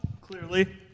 clearly